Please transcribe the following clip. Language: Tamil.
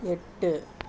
எட்டு